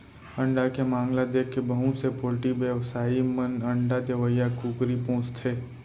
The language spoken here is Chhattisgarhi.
अंडा के मांग ल देखके बहुत से पोल्टी बेवसायी मन अंडा देवइया कुकरी पोसथें